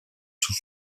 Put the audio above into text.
sous